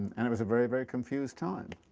and it was a very, very confused time,